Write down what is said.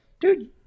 Dude